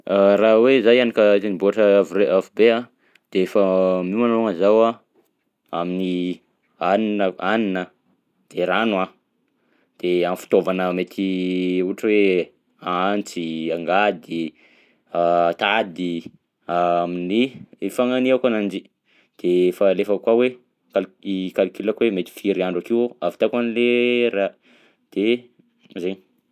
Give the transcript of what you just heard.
Raha hoe zaho hianika tendrombohitra avo re- avo be a de efa miomana longany zaho a amin'ny hanina hanina de rano a de am'fitaovana mety ohatra hoe antsy, angady, tady amin'ny ifagnaniako ananjy de efa alefako ao hoe cal- i calculako hoe mety firy andro akeo ahavitako an'le raha de zay.